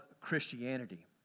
Christianity